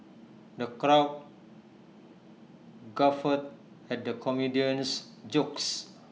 the crowd guffawed at the comedian's jokes